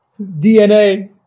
DNA